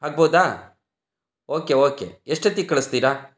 ಆಗ್ಬೋದಾ okay okay ಎಷ್ಟು ಹೊತ್ತಿಗೆ ಕಳಿಸ್ತೀರಾ